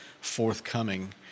forthcoming